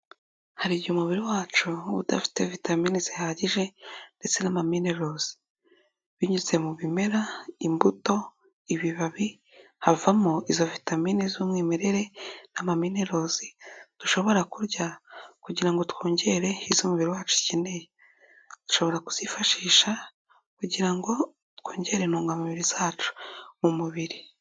Hari igihe umubiri wacu ub'udafite vitamine zihagije ndetse n'ama minerals. Binyuze mu bimera, imbuto, ibibabi, havamo izo vitamine z'umwimerere n'ama minerals, dushobora kurya kugira ngo twongere izo umubiri wacu ukeneye. Dushobora kuzifashisha kugira ngo twongere intungamubiri zacu mu mubiri.